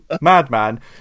madman